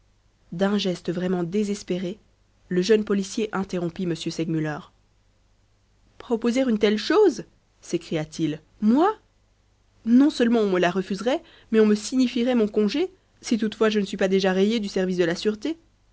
d'un geste vraiment désespéré le jeune policier interrompit m segmuller proposer une telle chose s'écria-t-il moi non-seulement on me la refuserait mais on me signifierait mon congé si toutefois je ne suis pas déjà rayé du service de la sûreté